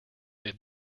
did